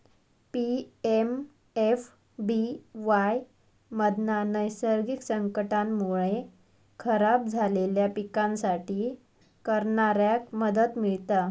PMFBY मधना नैसर्गिक संकटांमुळे खराब झालेल्या पिकांसाठी करणाऱ्याक मदत मिळता